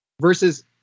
versus